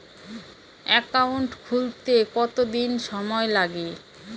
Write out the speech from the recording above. Account খুলতে কতদিন সময় লাগে?